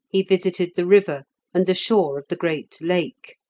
he visited the river and the shore of the great lake,